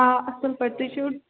آ اَصٕل پٲٹھۍ تُہۍ چھِو